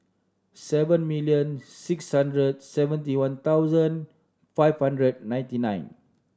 seven million six hundred seventy one thousand five hundred ninety nine